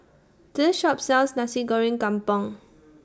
This Shop sells Nasi Goreng Kampung